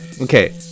okay